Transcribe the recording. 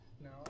No